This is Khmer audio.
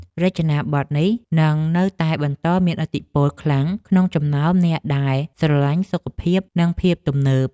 រចនាប័ទ្មនេះនឹងនៅតែបន្តមានឥទ្ធិពលខ្លាំងក្នុងចំណោមអ្នកដែលស្រឡាញ់សុខភាពនិងភាពទំនើប។